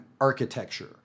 architecture